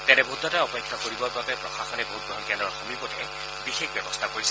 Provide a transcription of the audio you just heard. তেনে ভোটদাতাই অপেক্ষা কৰিবৰ বাবে প্ৰশাসনে ভোটগ্ৰহণ কেন্দ্ৰৰ সমীপতে বিশেষ ব্যৱস্থা কৰিছে